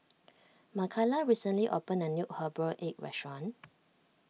Makaila recently opened a new Herbal Egg restaurant